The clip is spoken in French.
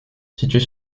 située